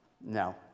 No